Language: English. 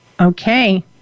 Okay